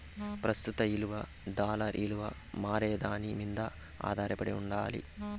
ప్రస్తుత ఇలువ డాలర్ ఇలువ మారేదాని మింద ఆదారపడి ఉండాలి